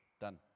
done